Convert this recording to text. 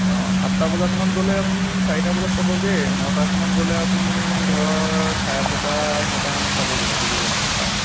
অঁ সাতটা বজাৰখনত গ'লে আপুনি চাৰিটা বজাত পাবগে নটাৰখনত গলে আপুনি ধৰক ছাৰে ছটা ছটা মানত পাবগে আৰু ডিব্ৰুগড় টাউন